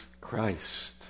Christ